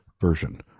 version